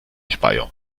speyer